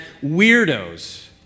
weirdos